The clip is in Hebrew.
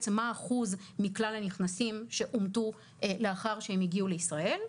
בעצם מה אחוז מכלל הנכנסים שאומתו לאחר שהם הגיעו לישראל,